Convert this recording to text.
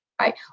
Right